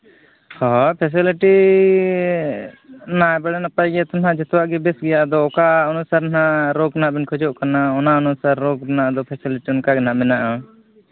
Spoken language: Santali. ᱦᱮᱸ ᱯᱷᱮᱥᱮᱞᱤᱴᱤ ᱱᱟᱭ ᱵᱟᱲᱮ ᱱᱟᱯᱟᱭ ᱜᱮᱭᱟ ᱛᱚ ᱦᱟᱸᱜ ᱡᱚᱛᱚᱣᱟᱜ ᱜᱮ ᱵᱮᱥ ᱜᱮᱭᱟ ᱟᱫᱚ ᱚᱠᱟ ᱚᱱᱩᱥᱟᱨ ᱦᱟᱸᱜ ᱨᱳᱜᱽ ᱨᱮᱱᱟᱜ ᱵᱮᱱ ᱠᱷᱚᱡᱚᱜ ᱠᱟᱱᱟ ᱚᱱᱟ ᱚᱱᱩᱥᱟᱨ ᱨᱳᱜᱽ ᱨᱮᱱᱟᱜ ᱫᱚ ᱯᱷᱮᱥᱤᱞᱤᱴᱤ ᱚᱱᱠᱟᱜᱮ ᱦᱟᱸᱜ ᱢᱮᱱᱟᱜᱼᱟ